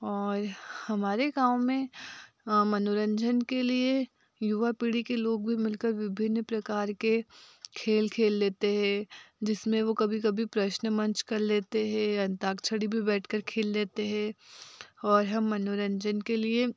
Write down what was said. और हमारे गाँव में मनोरंजन के लिए युवा पीढ़ी के लोग भी मिल कर विभिन्न प्रकार के खेल खेल लेते हैं जिसमें वह कभी कभी प्रश्न मंच कर लेते हैं अंताक्षरी भी बैठ के खेल लेते हैं और हम मनोरंजन के लिए